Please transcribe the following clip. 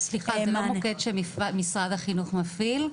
סליחה, זה לא מוקד שמשרד החינוך מפעיל,